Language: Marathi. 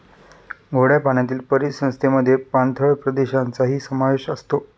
गोड्या पाण्यातील परिसंस्थेमध्ये पाणथळ प्रदेशांचाही समावेश असतो